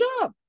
job